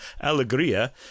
Alegria